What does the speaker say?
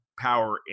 power